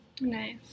Nice